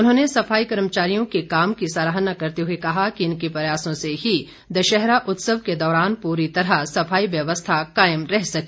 उन्होंने सफाई कर्मचारियों के काम की सराहना करते हुए कहा कि इनके प्रयासों से ही दशहरा उत्सव के दौरान पूरी तरह सफाई व्यवस्था कायम रह सकी